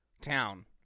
town